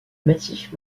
massif